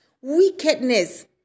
wickedness